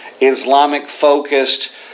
Islamic-focused